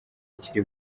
kiri